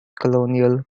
colonial